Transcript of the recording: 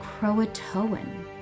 croatoan